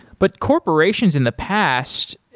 but corporations in the past,